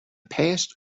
past